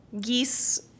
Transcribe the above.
Geese